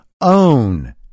own